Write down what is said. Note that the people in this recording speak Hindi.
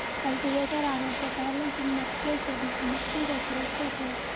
कल्टीवेटर आने से पहले हम मटके से मिट्टी को खुरंचते थे